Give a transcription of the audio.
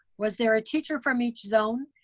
was there a teacher from each zone,